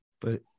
But-